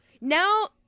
now